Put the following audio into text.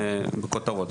זה בכותרות.